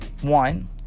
One